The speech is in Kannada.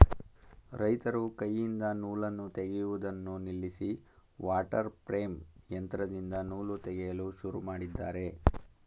ರೈತರು ಕೈಯಿಂದ ನೂಲನ್ನು ತೆಗೆಯುವುದನ್ನು ನಿಲ್ಲಿಸಿ ವಾಟರ್ ಪ್ರೇಮ್ ಯಂತ್ರದಿಂದ ನೂಲು ತೆಗೆಯಲು ಶುರು ಮಾಡಿದ್ದಾರೆ